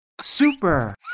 Super